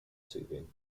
soothing